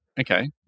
Okay